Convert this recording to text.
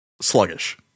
sluggish